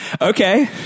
Okay